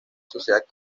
sociedad